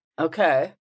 Okay